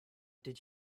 did